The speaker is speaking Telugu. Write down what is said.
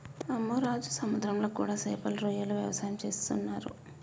అమ్మె రాజు సముద్రంలో కూడా సేపలు రొయ్యల వ్యవసాయం సేసేస్తున్నరు